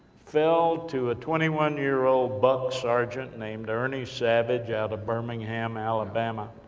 fell to a twenty one year old, buck sergeant, named ernie savage, out of birmingham, alabama,